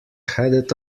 headed